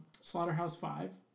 Slaughterhouse-Five